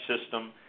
system